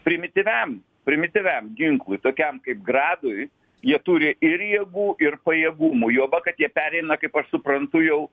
primityviam primityviam ginklui tokiam kaip gradui jie turi ir jėgų ir pajėgumų juoba kad jie pereina kaip aš suprantu jau